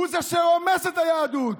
הוא שרומס את היהדות.